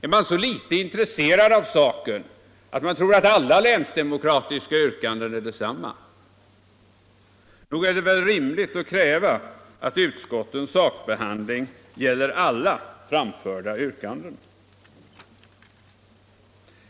Är man så litet intresserad av saken att man tror att alla länsdemokratiska yrkanden är desamma? Nog är det väl rimligt att kräva att utskottens sakbehandling gäller alla framförda yrkanden.